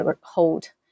hold